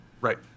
Right